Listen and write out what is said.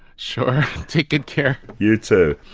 sure. take good care. you too.